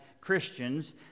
Christians